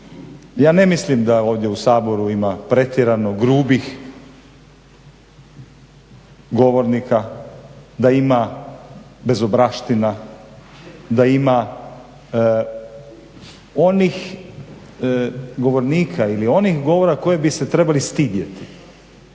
Ja ne mislim da ovdje u Saboru ima pretjerano grubih govornika, da ima bezobraština, da ima onih govornika ili onih govora koje bi se trebali stidjeti.